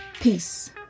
Peace